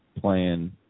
playing